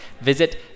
visit